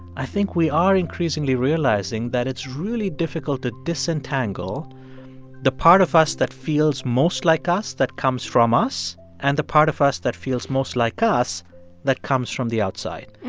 i think we are increasingly realizing that it's really difficult to disentangle the part of us that feels most like us that comes from us and the part of us that feels most like us that comes from the outside,